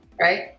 right